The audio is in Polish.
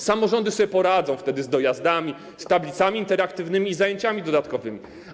Samorządy poradzą sobie wtedy z dojazdami, z tablicami interaktywnymi i zajęciami dodatkowymi.